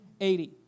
eighty